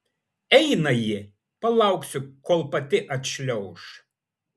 eina ji palauksiu kol pati atšliauš